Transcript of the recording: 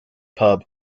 pub